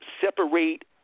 separate